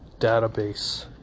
database